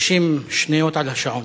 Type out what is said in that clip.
60 שניות על השעון.